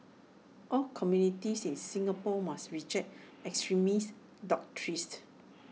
all communities in Singapore must reject extremist doctrines